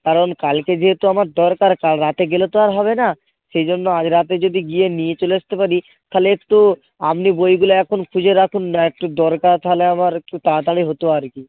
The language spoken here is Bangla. কারণ কালকে যেহেতু আমার দরকার কাল রাতে গেলে তো আর হবে না সেই জন্য আজ রাতে যদি গিয়ে নিয়ে চলে আসতে পারি তাহলে একটু আপনি বইগুলো এখন খুঁজে রাখুন না একটু দরকার তাহলে আমার একটু তাড়াতাড়ি হতো আর কি